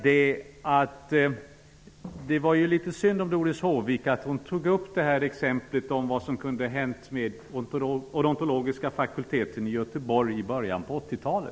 Doris Håvik tog upp exemplet med vad som kunde ha hänt med Odontologiska fakulteten i Göteborg i början på 80-talet.